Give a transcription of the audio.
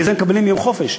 בגלל זה הם מקבלים יום חופש.